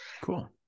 Cool